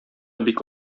бик